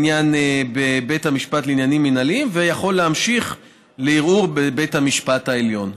בבית המשפט לעניינים מינהליים ויכול להמשיך לערעור בבית המשפט העליון.